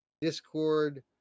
Discord